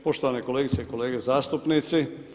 Poštovane kolegice i kolege zastupnici.